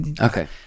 Okay